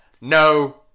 no